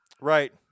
Right